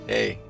Hey